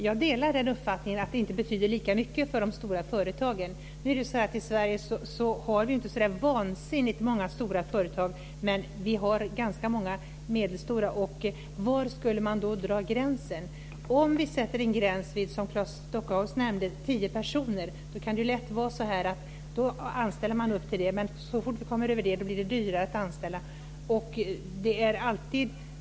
Fru talman! Jag delar uppfattningen att det inte betyder lika mycket för de stora företagen. Men i Sverige har vi ju inte så väldigt många stora företag, men vi har ganska många medelstora företag, och var skulle man då dra gränsen? Om vi sätter en gräns vid tio personer, som Claes Stockhaus nämnde, då kan det lätt bli så att man anställer upp till tio personer. Men så fort man anställer fler så blir det dyrare.